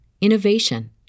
innovation